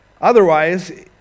Otherwise